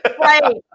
Right